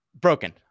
broken